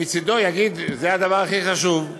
מצדו יגיד: זה הדבר הכי חשוב.